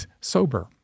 sober